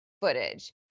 footage